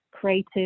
creative